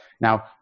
Now